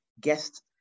guest